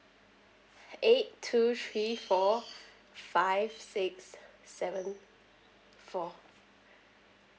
eight two three four five six seven four